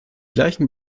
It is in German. gleichen